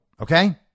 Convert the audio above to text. okay